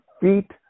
feet